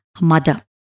Mother